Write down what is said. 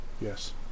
Yes